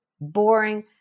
boring